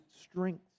strengths